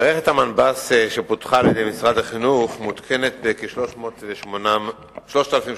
מערכת המנב"ס שפותחה על-ידי משרד החינוך מותקנת בכ-3,800 בתי-ספר.